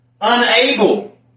unable